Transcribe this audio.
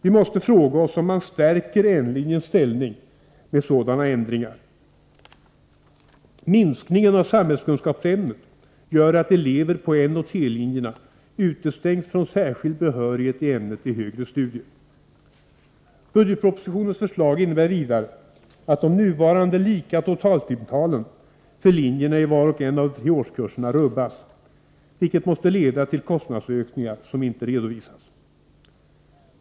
Vi måste fråga oss om man stärker N-linjens ställning med sådana ändringar. Minskningen av samhällskunskapsämnet gör att elever på N och T-linjerna utestängs från särskild behörighet i ämnet vid högre studier. Budgetpropositionens förslag innebär vidare att de nuvarande lika totaltimtalen för linjerna i var och en av de tre årskurserna rubbas, vilket måste leda till kostnadsökningar, vilka inte redovisas.